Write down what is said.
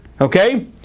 Okay